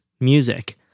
music